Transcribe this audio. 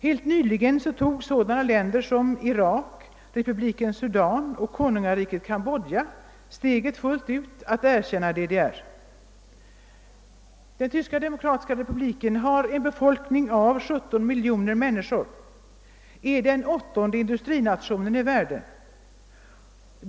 Helt nyligen tog sådana länder som Irak, republiken Sudan och konungariket Kambodja steget fullt ut och erkände DDR. Tyska demokratiska republiken har en befolkning på 17 miljoner människor och är den åttonde industrinationen i världen.